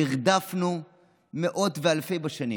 נרדפנו מאות ואלפי שנים,